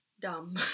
dumb